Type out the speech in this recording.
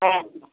হ্যাঁ হ্যাঁ